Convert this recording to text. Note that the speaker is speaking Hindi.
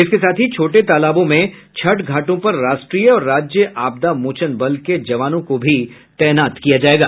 इसके साथ ही छोटे तालाबों में छठ घाटों पर राष्ट्रीय और राज्य आपदा मोचन बल के जवानों को भी तैनात किया जायेगा